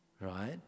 Right